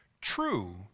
true